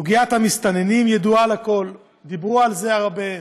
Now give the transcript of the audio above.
סוגיית המסתננים ידועה לכול, דיברו על זה הרבה,